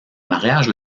mariage